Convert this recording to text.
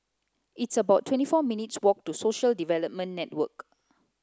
it's about twenty four minutes' walk to Social Development Network